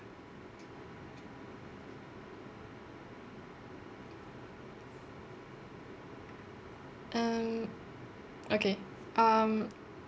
um okay um